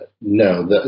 No